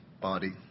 body